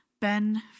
Ben